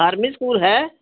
army school ਹੈ